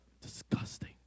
Disgusting